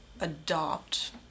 adopt